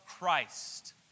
Christ